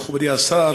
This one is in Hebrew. מכובדי השר,